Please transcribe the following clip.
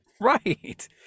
right